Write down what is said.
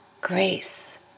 grace